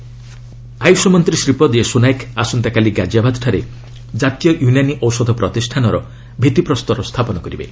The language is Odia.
ଆୟୁଷ ୟୁନାନୀ ମେଡିସିନ୍ ଆୟୁଷମନ୍ତ୍ରୀ ଶ୍ରୀପଦ ୟେଶୋ ନାଏକ ଆସନ୍ତାକାଲି ଗାଜିଆବାଦଠାରେ ଜାତୀୟ ୟୁନାନୀ ଔଷଧ ପ୍ରତିଷାନର ଭିତ୍ତିପ୍ରସ୍ତର ସ୍ଥାପନ କରିବେ